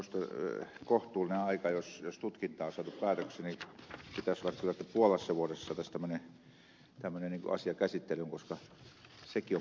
minusta kohtuullinen aika jos tutkinta on saatu päätökseen olisi että puolessa vuodessa saataisiin tämmöinen asia käsittelyyn koska sekin on pitkä aika